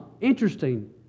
interesting